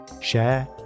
share